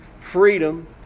Freedom